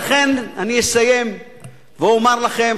לכן אני אסיים ואומר לכם,